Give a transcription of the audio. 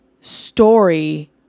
story